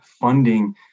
funding